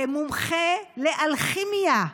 מומחה לאלכימיה.